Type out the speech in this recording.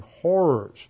horrors